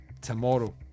tomorrow